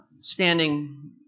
standing